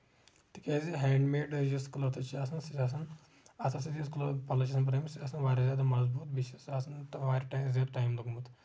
تِکیٚازِ handmade یُس کٔلوتھس چھ آسان سہُ چھٕ آسان اَتھو سۭتۍ یُس پَلو چھٕ آسان بَنٲیمٕتۍ سہُ چھُ آسان واریاہ زیادٕ مضبوٗط بیٚیہِ چھ سہ آسان واریاہ ٹایم زیادٕ ٹایم لوٚگمُت